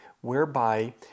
whereby